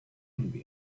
von